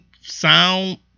sound